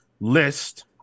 list